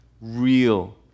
Real